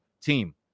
team